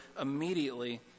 immediately